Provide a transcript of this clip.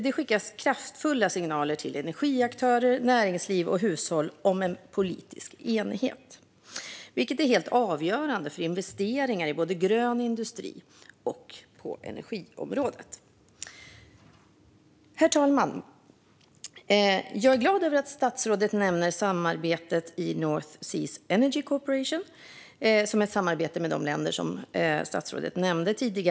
Det skickar kraftfulla signaler till energiaktörer, näringsliv och hushåll om en politisk enighet, vilket är helt avgörande för investeringar i grön industri och på energiområdet. Herr talman! Jag är glad över att statsrådet nämner samarbetet i North Seas Energy Cooperation, som är ett samarbete mellan de länder som statsrådet tog upp förut.